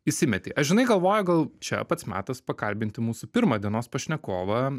įsimeti ar žinai galvoju gal čia pats metas pakalbinti mūsų pirmą dienos pašnekovą